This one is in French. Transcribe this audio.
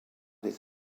les